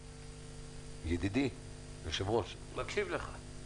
ידידי היושב-ראש -- אני מקשיב לך.